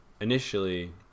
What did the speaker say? initially